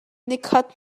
nikhat